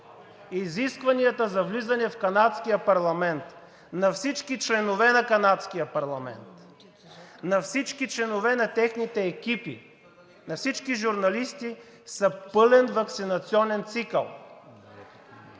Изискванията за влизане в канадския парламент на всички членове на канадския парламент, на всички членове на техните екипи, на всички журналисти са пълен ваксинационен цикъл.